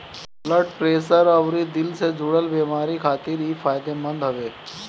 blood pressure अउरी दिल से जुड़ल बेमारी खातिर इ फायदेमंद हवे